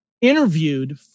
interviewed